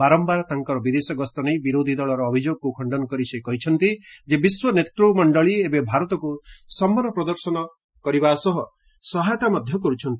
ବାରମ୍ଭାର ତାଙ୍କର ବିଦେଶ ଗସ୍ତ ନେଇ ବିରୋଧୀ ଦଳର ଅଭିଯୋଗକୁ ଖଣ୍ଡନ କରି ସେ କହିଛନ୍ତି ଯେ ବିଶ୍ୱ ନେତୂମଣ୍ଡଳୀ ଏବେ ଭାରତକୁ ସମ୍ମାନ ପ୍ରଦର୍ଶନ କରିବା ସହ ସହାୟତା କରୁଛନ୍ତି